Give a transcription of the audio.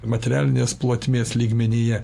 materialinės plotmės lygmenyje